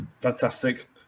Fantastic